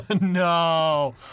no